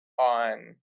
on